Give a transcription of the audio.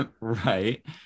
right